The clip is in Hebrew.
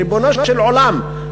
ריבונו של עולם,